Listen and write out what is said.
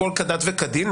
הכול כדת וכדין,